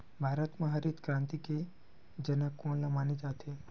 भारत मा हरित क्रांति के जनक कोन ला माने जाथे?